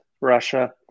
Russia